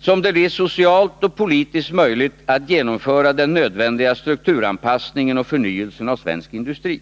som det blir socialt och politiskt möjligt att genomföra den nödvändiga strukturanpassningen och förnyelsen av svensk industri.